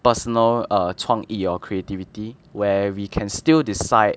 personal err 创意 your creativity where we can still decide